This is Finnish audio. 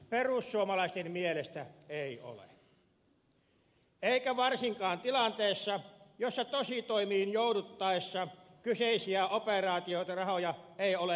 perussuomalaisten mielestä ei ole eikä varsinkaan tilanteessa jossa tositoimiin jouduttaessa kyseisiä operaatiorahoja ei ole olemassakaan